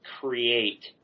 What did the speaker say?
create